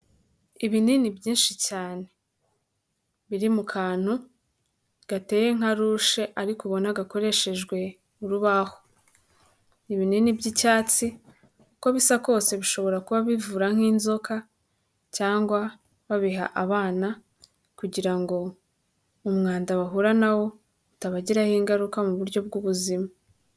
Ibinini byinshi cyane, biri mu kantu gateye nka rushe ariko ubona gakoreshejwe urubaho. Ibinini by'icyatsi uko bisa kose bishobora kuba bivura nk'inzoka cyangwa babiha abana, kugirango ngo umwanda bahura nawo utabagiraho ingaruka mu buryo bw'ubuzima.